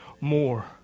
more